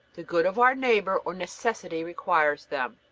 the good of our neighbor, or necessity requires them.